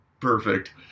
perfect